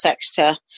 sector